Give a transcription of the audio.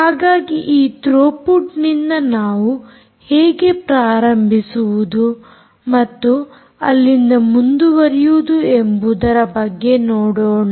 ಹಾಗಾಗಿ ಈ ಥ್ರೋಪುಟ್ನಿಂದ ನಾವು ಹೇಗೆ ಪ್ರಾರಂಭಿಸುವುದು ಮತ್ತು ಅಲ್ಲಿಂದ ಮುಂದುವರಿಯುವುದು ಎಂಬುವುದರ ಬಗ್ಗೆ ನೋಡೋಣ